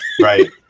Right